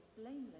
blameless